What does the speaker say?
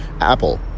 Apple